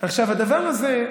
הדבר הזה,